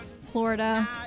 Florida